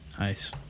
Nice